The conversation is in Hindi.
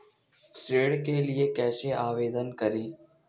ऋण के लिए कैसे आवेदन करें?